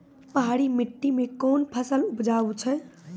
पहाड़ी मिट्टी मैं कौन फसल उपजाऊ छ?